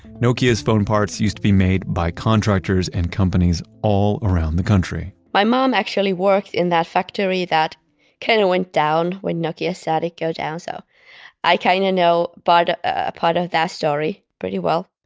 nokia's phone parts used to be made by contractors and companies all around the country my mom actually worked in that factory that kind of went down when nokia said it go down. so i kind of know but a a part of that story pretty well.